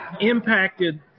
impacted